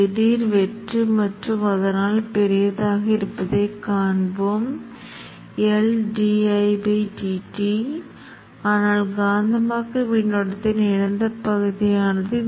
நீங்கள் Vid கிளை மின்னோட்டம் இருப்பதைப் பார்க்கலாம் Vis கிளை மின்னோட்டம் Viq கிளை மின்னோட்டம் ஆகியவற்றை இங்கே காணலாம்